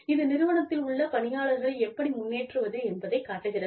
இது நிறுவனத்தில் உள்ள பணியாளர்களை எப்படி முன்னேற்றுவது என்பதைக் காட்டுகிறது